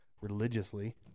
religiously